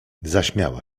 zaśmiała